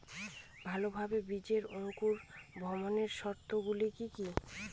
ভালোভাবে বীজের অঙ্কুর ভবনের শর্ত গুলি কি কি?